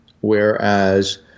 whereas